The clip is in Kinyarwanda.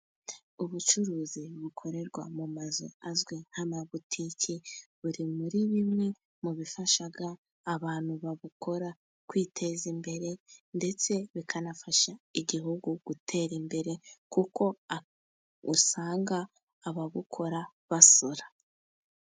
Ubucuruzi bukorerwa mu mazu azwi nk'amabotiki, buri muri bimwe mu bifasha abantu babukora kwiteza imbere, ndetse bikanafasha igihugu gutera imbere, kuko usanga ababukora basora.